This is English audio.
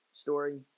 story